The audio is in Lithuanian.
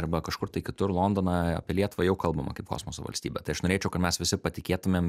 arba kažkur tai kitur londoną apie lietuvą jau kalbama kaip kosmoso valstybę tai aš norėčiau kad mes visi patikėtumėm